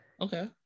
Okay